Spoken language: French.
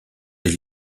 des